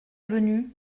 venu